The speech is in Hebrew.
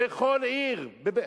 בכל עיר.